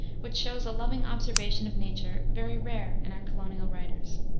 which shows a loving observation of nature very rare in our colonial writers.